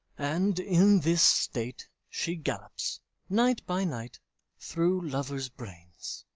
and in this state she gallops night by night through lovers' brains,